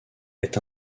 est